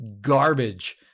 garbage